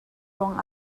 ruang